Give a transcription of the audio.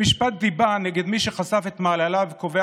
במשפט דיבה נגד מי שחשף את מעלליו קובע